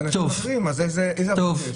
אנשים --- אז איזה אחדות יש?